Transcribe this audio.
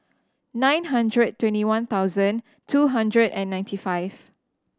nine hundred twenty one thousand two hundred and ninety five